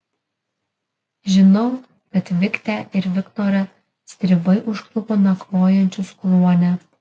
žinau kad viktę ir viktorą stribai užklupo nakvojančius kluone